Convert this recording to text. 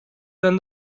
than